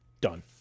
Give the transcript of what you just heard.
done